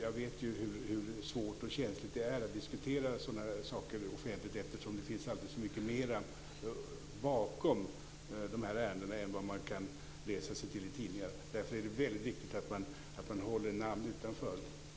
Jag vet ju hur svårt och känsligt det är att diskutera sådana här saker offentligt eftersom det alltid finns så mycket mer bakom de här ärendena än vad man kan läsa sig till i tidningar. Därför är det väldigt viktigt att man håller namn utanför.